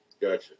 Gotcha